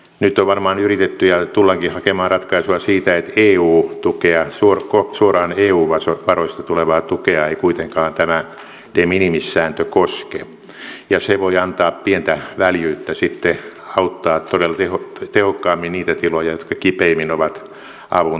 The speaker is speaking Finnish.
nyt on varmaan yritetty hakea ja tullaankin hakemaan ratkaisua siitä että eu tukea suoraan eu varoista tulevaa tukea ei kuitenkaan tämä de minimis sääntö koske ja se voi antaa pientä väljyyttä sitten auttaa todella tehokkaammin niitä tiloja jotka kipeimmin ovat avun tarpeessa